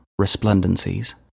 resplendencies